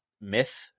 myth